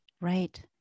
Right